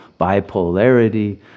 bipolarity